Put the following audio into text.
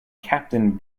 captain